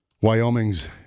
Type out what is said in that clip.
Wyoming's